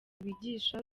bigisha